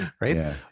Right